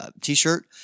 t-shirt